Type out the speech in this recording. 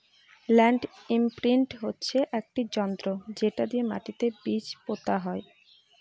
land imprint হচ্ছে একটি যন্ত্র যেটা দিয়ে মাটিতে বীজ পোতা হয়